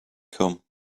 come